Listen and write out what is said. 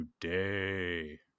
today